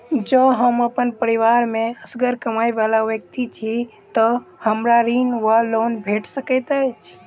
जँ हम अप्पन परिवार मे असगर कमाई वला व्यक्ति छी तऽ हमरा ऋण वा लोन भेट सकैत अछि?